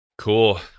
Cool